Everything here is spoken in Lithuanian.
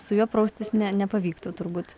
su juo praustis ne nepavyktų turbūt